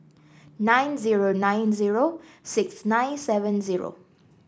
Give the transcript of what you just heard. nine zero nine zero six nine seven zero